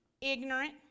ignorant